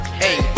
hey